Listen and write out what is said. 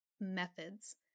methods